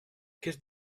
quelle